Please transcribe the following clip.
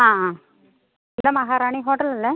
ആ ആ ഇത് മഹാറാണി ഹോട്ടൽ അല്ലേ